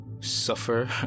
suffer